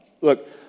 Look